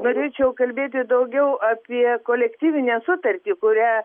norėčiau kalbėti daugiau apie kolektyvinę sutartį kurią